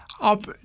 up